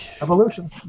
evolution